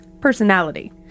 personality